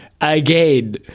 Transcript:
again